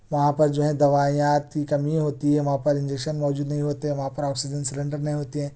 یہاں پر جو ہے دوائیات کی کمی ہوتی ہیں وہاں پر انجیکشن موجود نہیں ہوتے ہیں وہاں پر آکسیجن سلنڈر نہیں ہوتے ہیں